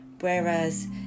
Whereas